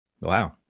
Wow